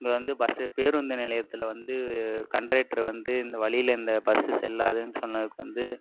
இங்கே வந்து பஸ்ஸு பேருந்து நிலையத்தில் வந்து கன்டெட்ரு வந்து இந்த வழியில் இந்த பஸ்ஸு செல்லாதுனு சொன்னதுக்கு வந்து